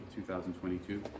2022